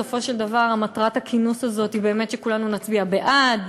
בסופו של דבר מטרת הכינוס הזה היא באמת שכולנו נצביע בעד,